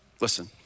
Listen